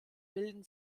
bilden